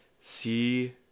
see